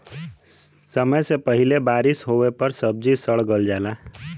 समय से पहिले बारिस होवे पर सब्जी सड़ गल जाला